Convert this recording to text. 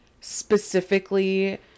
specifically